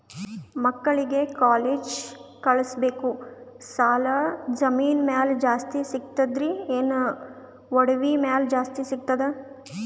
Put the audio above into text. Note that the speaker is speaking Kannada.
ಮಕ್ಕಳಿಗ ಕಾಲೇಜ್ ಕಳಸಬೇಕು, ಸಾಲ ಜಮೀನ ಮ್ಯಾಲ ಜಾಸ್ತಿ ಸಿಗ್ತದ್ರಿ, ಏನ ಒಡವಿ ಮ್ಯಾಲ ಜಾಸ್ತಿ ಸಿಗತದ?